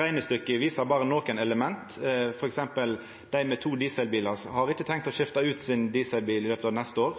Reknestykket viser berre nokre element. For eksempel har ikkje dei med to dieselbilar tenkt å skifta ut dieselbilen sin i løpet av neste år.